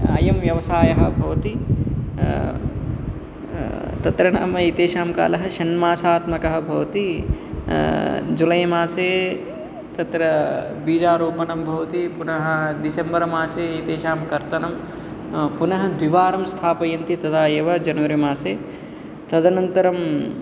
अयं व्यवसायः भवति तत्र नाम एतेषां कालः षण्मासात्मकः भवति जुलै मासे तत्र बीजारोपनं भवति पुनः डिसंबरर मासे एतेषां कर्तनं पुनः द्विवारं स्थापयन्ति तदा एव जन्वरी मासे तदन्तरम्